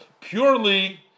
purely